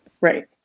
Right